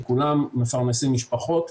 שכולם מפרנסים משפחות,